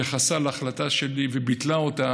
התייחסה להחלטה שלי וביטלה אותה,